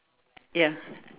ya